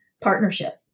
partnership